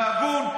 והגון,